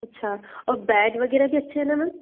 अच्छा और बैड वगैरा भी अच्छे है ना मैम